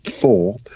four